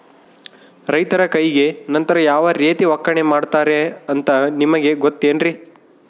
ರೈತರ ಕೈಗೆ ನಂತರ ಯಾವ ರೇತಿ ಒಕ್ಕಣೆ ಮಾಡ್ತಾರೆ ಅಂತ ನಿಮಗೆ ಗೊತ್ತೇನ್ರಿ?